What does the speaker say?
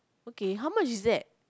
okay how much is that